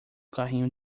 carrinho